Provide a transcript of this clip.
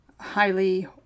highly